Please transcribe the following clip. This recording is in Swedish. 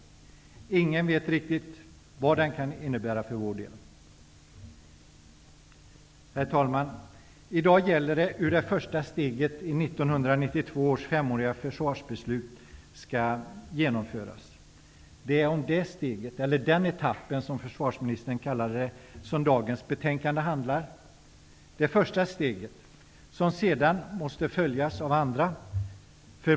Ingen vet riktigt vad det kan innebära för vår del. Herr talman! I dag gäller det hur det första steget i 1992 års femåriga försvarsbeslut skall genomföras. Det är om det steget, eller etappen, som försvarsministern kallade det, som dagens betänkande handlar. Det första steget måste sedan följas av andra.